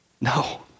No